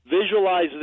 visualize